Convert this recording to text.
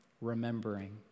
remembering